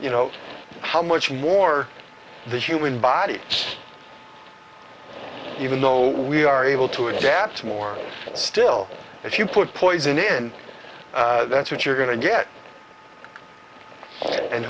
you know how much more the human body even though we are able to adapt to more still if you put poison in that's what you're going to get and